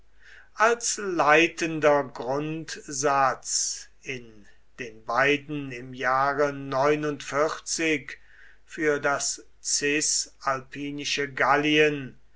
als leitender grundsatz in den beiden im jahre für das cisalpinische gallien